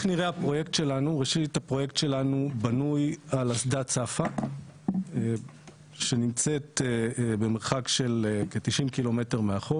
למעשה כל הטיפול מוכל באסדה הצפה הזאת שכאמור מתקיים רחוק מאוד.